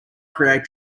create